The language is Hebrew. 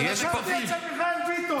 ישבתי בכיסא של מיכאל ביטון.